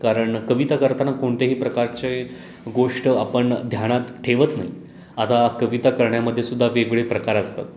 कारण कविता करताना कोणतेही प्रकारचे गोष्ट आपण ध्यानात ठेवत नाही आता कविता करण्यामध्ये सुद्धा वेगवेगळे प्रकार असतात